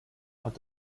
what